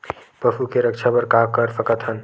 पशु के रक्षा बर का कर सकत हन?